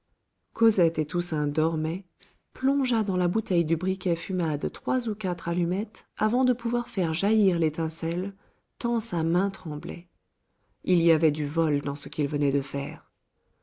cosette et toussaint dormaient plongea dans la bouteille du briquet fumade trois ou quatre allumettes avant de pouvoir faire jaillir l'étincelle tant sa main tremblait il y avait du vol dans ce qu'il venait de faire